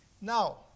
Now